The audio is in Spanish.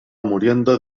muriendo